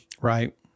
right